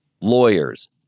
Lawyers